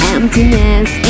Emptiness